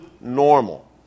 Normal